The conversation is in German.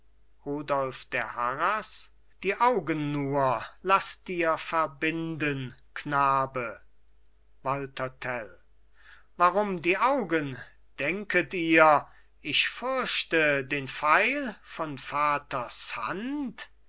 der harras die augen nur lass dir verbinden knabe walther tell warum die augen denket ihr ich fürchte den pfeil von vaters hand